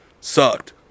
sucked